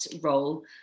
role